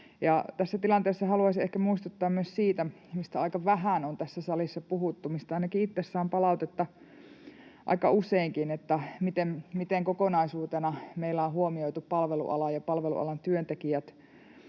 Tässä tilanteessa haluaisin ehkä muistuttaa myös siitä — mistä aika vähän on tässä salissa puhuttu ja mistä ainakin itse saan palautetta aika useinkin — miten kokonaisuutena meillä on huomioitu palveluala ja palvelualan työntekijät.